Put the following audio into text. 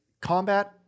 combat-